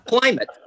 climate